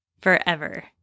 forever